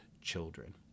children